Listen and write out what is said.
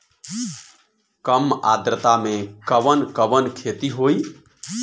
कम आद्रता में कवन कवन खेती होई?